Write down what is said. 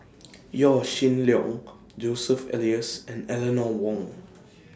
Yaw Shin Leong Joseph Elias and Eleanor Wong